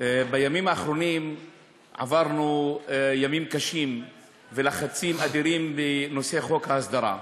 בימים האחרונים עברנו ימים קשים ולחצים אדירים בנושא חוק ההסדרה.